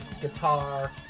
guitar